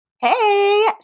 Hey